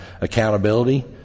accountability